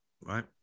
right